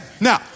now